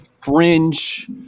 fringe